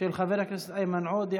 של חברי הכנסת איימן עודה,